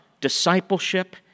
discipleship